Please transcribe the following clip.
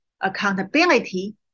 accountability